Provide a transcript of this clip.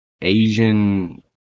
Asian